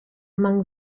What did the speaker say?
among